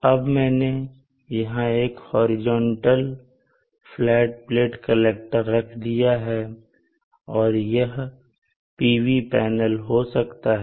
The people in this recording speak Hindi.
अब मैंने यहां एक हॉरिजॉन्टल फ्लैट प्लेट कलेक्टर रख दिया है और यह PV पैनल हो सकता है